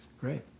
great